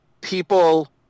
people